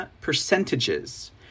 percentages